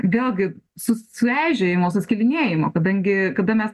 vėlgi su svežėjimo suskilinėjimu kadangi kada mes